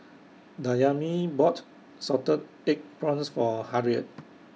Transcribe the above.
Dayami bought Salted Egg Prawns For Harriet